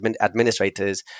administrators